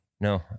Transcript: No